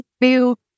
feel